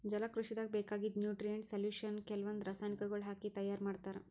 ಜಲಕೃಷಿದಾಗ್ ಬೇಕಾಗಿದ್ದ್ nutrient solution ಕೆಲವಂದ್ ರಾಸಾಯನಿಕಗೊಳ್ ಹಾಕಿ ತೈಯಾರ್ ಮಾಡ್ತರ್